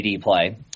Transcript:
play